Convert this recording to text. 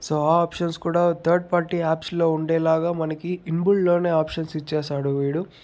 సూ ఆ ఆప్షన్స్ కూడా థర్డ్ పార్టీ యాప్స్లో ఉండేలాగా మనకి ఇన్బుల్డ్లోనే ఆప్షన్స్ ఇచ్చేశాడు వీడు